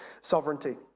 sovereignty